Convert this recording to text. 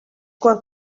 quan